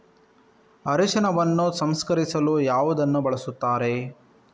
ಅರಿಶಿನವನ್ನು ಸಂಸ್ಕರಿಸಲು ಯಾವುದನ್ನು ಬಳಸುತ್ತಾರೆ?